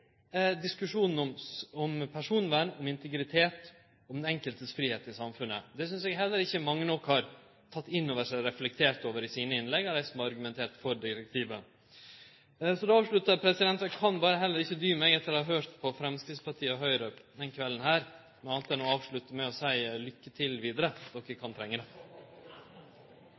diskusjonen om personvern, om integritet, om den enkeltes fridom i samfunnet? Det synest eg heller ikkje mange nok av dei som har argumentert for direktivet, har teke inn over seg og reflektert over i sine innlegg. Så då avsluttar eg – eg kan berre ikkje dy meg etter å ha høyrt på Framstegspartiet og Høgre denne kvelden – med å seie: Lykke til vidare! De kan trenge det.